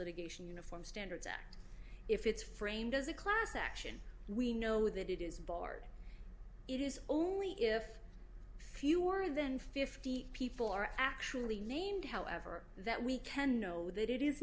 litigation uniform standards act if it's framed as a class action we know that it is barred it is only if fewer than fifty people are actually named however that we can know that it is